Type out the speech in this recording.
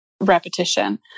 repetition